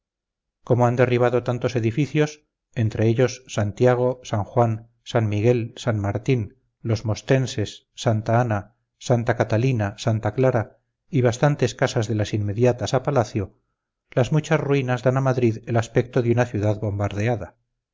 como han derribado tantos edificios entre ellos santiago san juan san miguel san martín los mostenses santa ana santa catalina santa clara y bastantes casas de las inmediatas a palacio las muchas ruinas dan a madrid el aspecto de una ciudad bombardeada